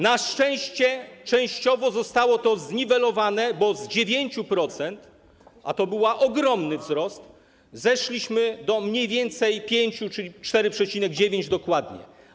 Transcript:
Na szczęście częściowo zostało to zniwelowane, bo z 9%, a to był ogromny wzrost, zeszliśmy do mniej więcej 5%, 4,9% dokładnie.